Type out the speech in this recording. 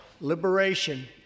liberation